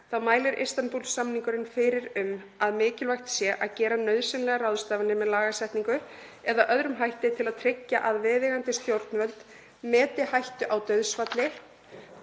Þá mælir Istanbúl-samningurinn fyrir um að mikilvægt sé að gera nauðsynlegar ráðstafanir með lagasetningu eða öðrum hætti til að tryggja að viðeigandi stjórnvöld meti hættu á dauðsfalli,